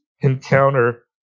encounter